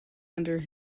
under